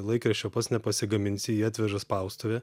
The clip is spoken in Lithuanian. laikraščio pats nepasigaminsi jį atveža spaustuvė